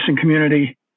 community